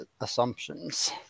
assumptions